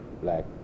black